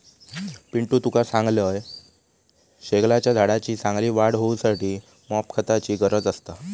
पिंटू तुका सांगतंय, शेगलाच्या झाडाची चांगली वाढ होऊसाठी मॉप खताची गरज असता